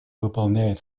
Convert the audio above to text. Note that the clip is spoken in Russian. выполняет